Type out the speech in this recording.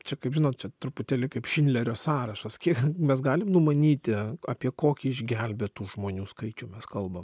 čia kaip žinot čia truputėlį kaip šindlerio sąrašas kiek mes galim numanyti apie kokį išgelbėtų žmonių skaičių mes kalbam